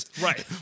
Right